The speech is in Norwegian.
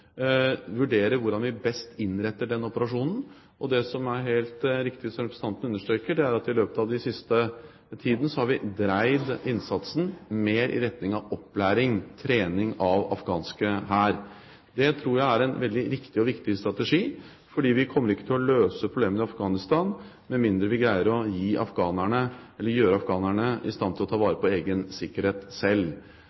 hvordan vi best innretter operasjon. Og det er helt riktig som representanten understreker, at i løpet av den siste tiden har vi dreid innsatsen mer i retning av opplæring og trening av den afghanske hær. Det tror jeg er en veldig riktig og viktig strategi, for vi kommer ikke til å løse problemene i Afghanistan med mindre vi greier å gjøre afghanerne i stand til å ta